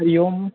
हरिः ओं